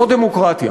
לא דמוקרטיה.